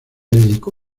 dedicó